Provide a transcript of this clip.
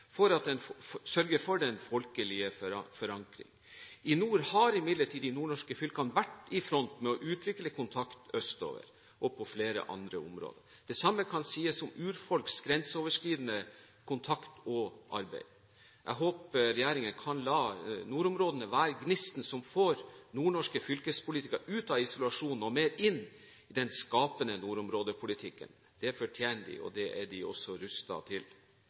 for den folkelige forankringen. I nord har imidlertid de nordnorske fylkene vært i front med å utvikle kontakt østover og på flere andre områder. Det samme kan sies om urfolks grenseoverskridende kontakt og arbeid. Jeg håper regjeringen kan la nordområdene være gnisten som får nordnorske fylkespolitikere ut av isolasjonen og mer inn i den skapende nordområdepolitikken. Det fortjener de, og det er de også rustet til.